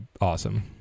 awesome